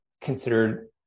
considered